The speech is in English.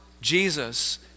Jesus